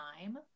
time